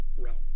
realm